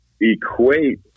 equate